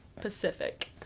pacific